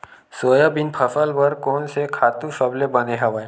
Soybean फसल बर कोन से खातु सबले बने हवय?